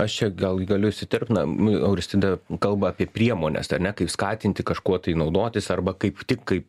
aš čia gal galiu įsiterpt na nu auristida kalba apie priemones tai ar ne kaip skatinti kažkuo tai naudotis arba kaip tik kaip